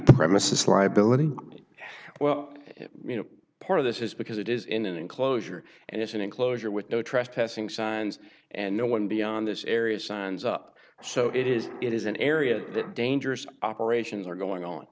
premises liability well you know part of this is because it is in an enclosure and it's an enclosure with no trespassing signs and no one beyond this area signs up so it is it is an area that dangerous operations are going on